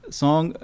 song